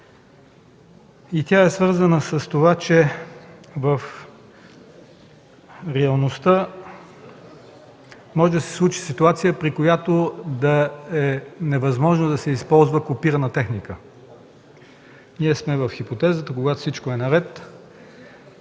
Тя е свързана с това, че в реалността може да се случи ситуация, при която да е невъзможно да се използва копирна техника. Ние сме в хипотезата, когато всичко е наред.